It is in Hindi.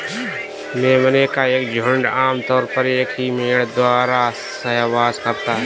मेमने का एक झुंड आम तौर पर एक ही मेढ़े द्वारा सहवास करता है